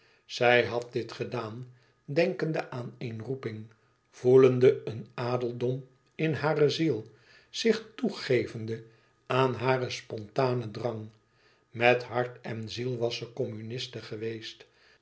zij had dit gedaan denkende aan een roeping voelende een adeldom in hare ziel zich toegevende aan haren spontanen drang met hart en ziel was ze communiste geweest